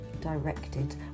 Directed